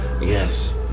yes